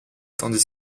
tandis